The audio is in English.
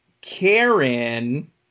Karen